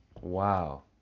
Wow